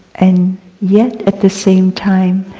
and yet, at the same time,